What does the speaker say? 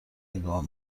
نگاه